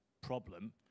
problem